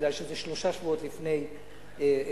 מכיוון שזה שלושה שבועות לפני הפגרה,